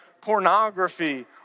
pornography